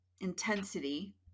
intensity